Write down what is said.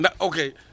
Okay